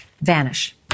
Vanish